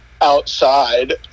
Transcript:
outside